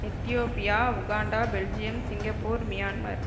Ethiopia Uganda Belgium Singapore Myanmar